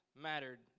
mattered